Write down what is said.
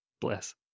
Bless